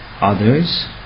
others